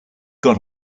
got